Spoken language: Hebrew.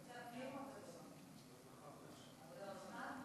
עבודה ורווחה.